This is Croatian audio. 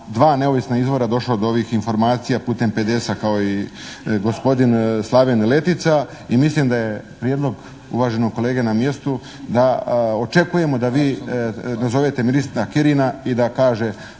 dva neovisna izvora došao do ovih informacija putem PDS-a, kao i gospodin Slaven Letica i mislim da je prijedlog uvaženog kolege na mjestu, da očekujemo da vi nazovete ministra Kirina i da kaže,